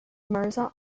mirza